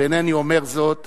ואינני אומר זאת